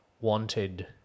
wanted